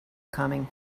coming